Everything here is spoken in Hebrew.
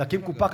להקים קופה כזאת,